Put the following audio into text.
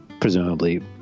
presumably